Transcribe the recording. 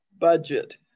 budget